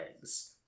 eggs